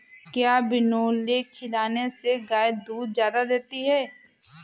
क्या बिनोले खिलाने से गाय दूध ज्यादा देती है?